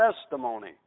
testimony